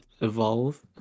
evolve